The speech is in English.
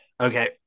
Okay